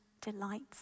delights